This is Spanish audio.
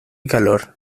calor